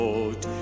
Lord